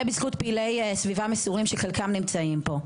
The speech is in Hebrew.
בזכות פעילי סביבה מסורים שחלקם נמצאים פה.